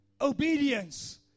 obedience